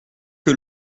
que